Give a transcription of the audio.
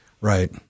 Right